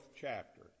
chapter